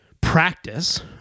practice